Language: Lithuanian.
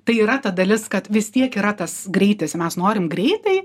tai yra ta dalis kad vis tiek yra tas greitis norim greitai